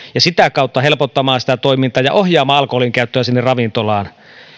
sitä kautta helpottamaan sitä toimintaa ja ohjaamaan alkoholinkäyttöä sinne ravintolaan